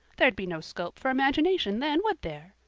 there'd be no scope for imagination then, would there?